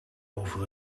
over